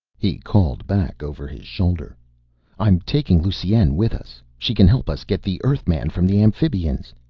he called back over his shoulder i'm taking lusine with us! she can help us get the earthman from the amphibians!